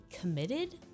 committed